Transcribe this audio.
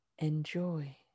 Enjoy